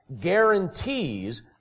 guarantees